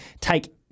take